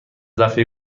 دفعه